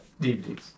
DVDs